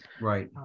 Right